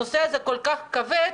הנושא הזה כל כך כבד,